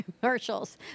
commercials